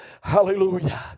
hallelujah